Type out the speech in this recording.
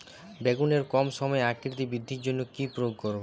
বেগুনের কম সময়ে আকৃতি বৃদ্ধির জন্য কি প্রয়োগ করব?